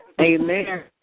Amen